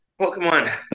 Pokemon